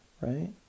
right